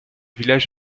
village